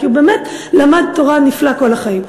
כי הוא באמת למד תורה נפלא כל החיים.